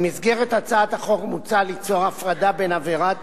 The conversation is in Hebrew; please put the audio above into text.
במסגרת הצעת החוק מוצע ליצור הפרדה בין עבירות